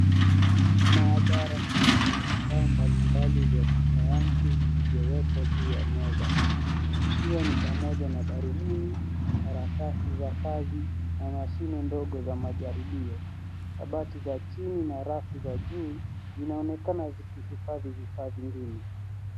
Maabara hii ina vifaa mbalimbali vya kisayansi vilivyowekwa juu ya meza ikiwa ni pamoja na darubini, harakati za kazi na mashine ndogo za majaribio. Kabati za chini na rafu za juu zinaonekana zikihifadhi vifaa vingine.